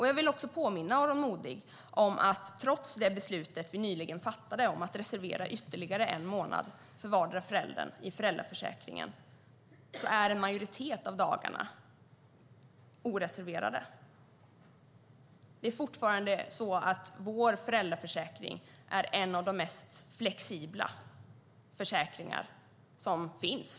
Jag vill också påminna Aron Modig om att en majoritet av dagarna, trots det beslut vi nyligen fattade om att reservera ytterligare en månad för vardera föräldern i föräldraförsäkringen, är oreserverade. Det är fortfarande så att vår föräldraförsäkring är en av de mest flexibla försäkringar som finns.